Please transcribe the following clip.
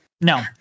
No